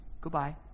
goodbye